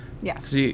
Yes